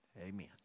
Amen